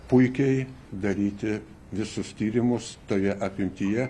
puikiai daryti visus tyrimus toje apimtyje